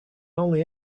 only